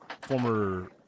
former